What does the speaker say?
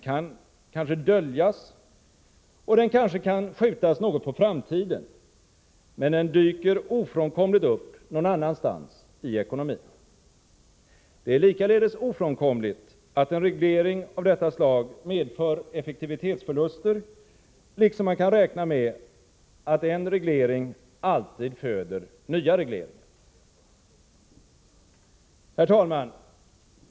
Den kanske kan döljas, och den kanske kan skjutas något på framtiden, men den dyker ofrånkomligt upp någon annanstans i ekonomin. Det är likaledes ofrånkomligt att en reglering av detta slag medför effektivitetsförluster, liksom man kan räkna med att en reglering alltid föder nya regleringar. Herr talman!